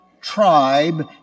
tribe